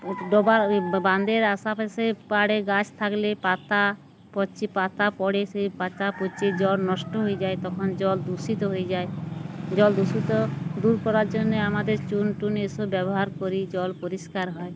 ডোবার বাঁধের আশেপাশে পাড়ে গাছ থাকলে পাতা পছেি পাতা পড়ে সেই পাতা পছেি জল নষ্ট হয়ে যায় তখন জল দূষিত হয়ে যায় জল দূষিত দূর করার জন্যে আমাদের চুন টুন এসব ব্যবহার করি জল পরিষ্কার হয়